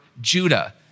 Judah